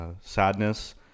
sadness